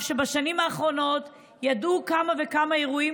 בשנים האחרונות היו כמה וכמה אירועים